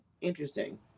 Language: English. Interesting